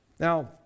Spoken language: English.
Now